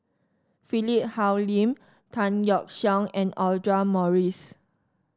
Philip Hoalim Tan Yeok Seong and Audra Morrice